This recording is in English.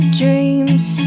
dreams